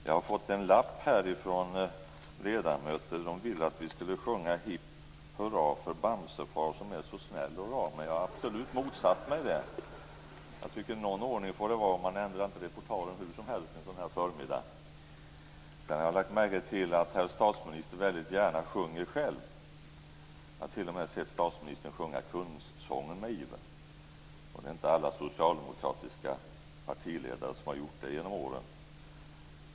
Jag har fått en lapp från ledamöter som ville att vi skulle sjunga: Hipp hurra för Bamsefar som är så snäll och rar. Men jag har absolut motsatt mig det. Någon ordning får det vara, man ändrar inte på talen hur som helst en sådan här förmiddag. Jag har lagt märke till att herr statsministern väldigt gärna sjunger själv. Jag har t.o.m. sett statsministern med iver sjunga Kungssången. Det är inte alla socialdemokratiska partiledare genom åren som har gjort det.